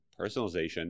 personalization